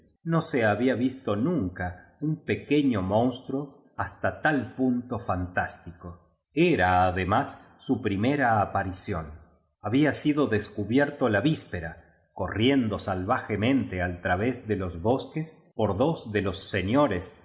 no se había visto nunca un pequeño mons truo hasta tal punto fantástico era además su primera apari ción había sido descubierto la víspera corriendo salvajemen te al través de los bosques por dos de los señores